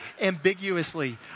ambiguously